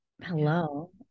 Hello